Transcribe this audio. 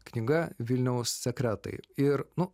knyga vilniaus sekretai ir nu